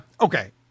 Okay